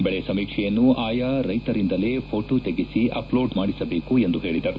ಬೆಳೆ ಸಮೀಕ್ಷೆಯನ್ನು ಆಯಾ ರೈತರಿಂದಲೇ ಪೋಟೋ ತೆಗೆಸಿ ಅಪ್ಲೋಡ್ ಮಾಡಿಸಬೇಕು ಎಂದು ಹೇಳಿದರು